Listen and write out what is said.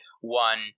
one